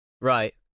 Right